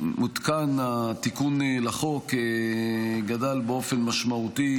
הותקן התיקון לחוק גדל באופן משמעותי